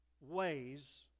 ways